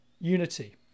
unity